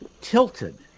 tilted